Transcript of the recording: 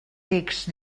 text